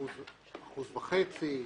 אחוז וחצי,